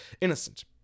Innocent